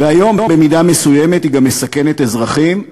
והיום במידה מסוימת היא גם מסכנת אזרחים,